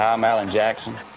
i'm alan jackson.